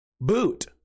Boot